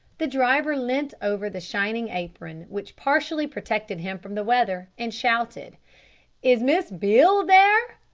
the driver leant over the shining apron which partially protected him from the weather, and shouted is miss beale there?